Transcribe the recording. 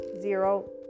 Zero